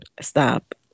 Stop